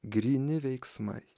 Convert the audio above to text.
gryni veiksmai